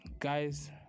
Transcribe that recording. guys